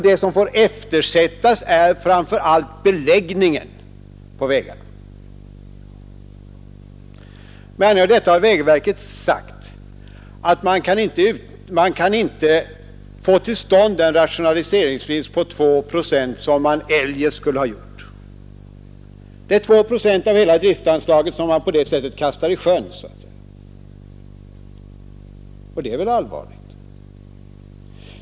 Det som får eftersättas är framför allt beläggningen på vägarna. Med anledning av detta har vägverket sagt att man inte kan få till stånd den rationaliseringsvinst på två procent som man eljest skulle ha gjort. Det är två procent av hela driftanslaget som man på det sättet kastar i sjön, och det är väl allvarligt.